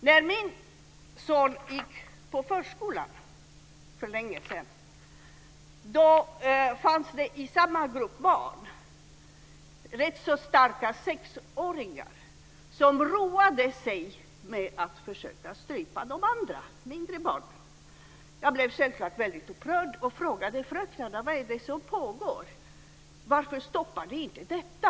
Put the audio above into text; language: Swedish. När min son gick i förskolan för länge sedan fanns det i samma grupp barn rätt starka sexåringar som roade sig med att försöka strypa de mindre barnen. Jag blev självfallet väldigt upprörd och frågade fröknarna vad det var som pågick och varför de inte stoppade detta.